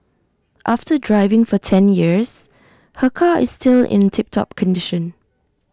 after driving for ten years her car is still in tip top condition